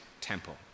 temple